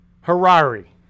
Harari